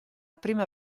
prima